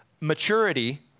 maturity